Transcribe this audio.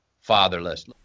fatherless